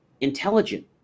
intelligent